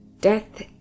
death